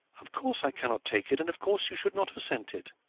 of course i cannot take it, and of course you should not have sent it.